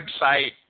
website